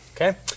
Okay